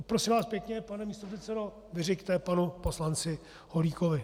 Prosím vás pěkně, pane místopředsedo, vyřiďte to panu poslanci Holíkovi.